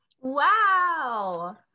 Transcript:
wow